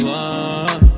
one